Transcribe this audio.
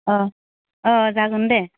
अ अ जागोन दे